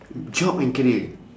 job and career